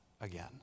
again